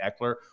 Eckler